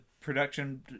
production